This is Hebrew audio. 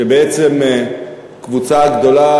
כשבעצם קבוצה גדולה,